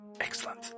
Excellent